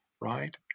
right